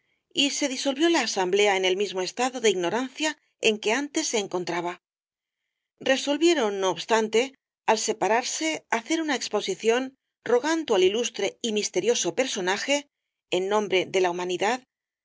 y se disolvió la asamblea en el mismo estado de ignorancia en que antes se encontraba resolvieron no obstante al separase hacer una exposición rogando al ilustre y misterioso personaje en nombre de la humanidad